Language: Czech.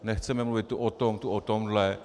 Nechceme mluvit tu o tom, tu o tomhle.